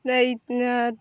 এই